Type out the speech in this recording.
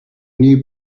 new